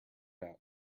out